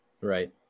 right